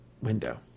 window